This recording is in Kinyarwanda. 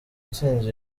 ntsinzi